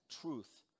truth